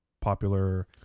popular